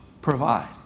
provide